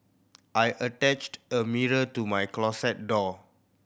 I attached a mirror to my closet door